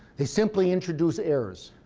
they simply introduce errors.